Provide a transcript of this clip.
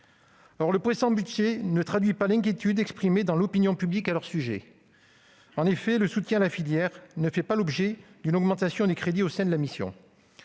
Or le présent budget ne traduit pas l'inquiétude exprimée dans l'opinion publique à leur sujet. En effet, le soutien à la filière ne fait pas l'objet d'une augmentation de crédits au sein de la mission.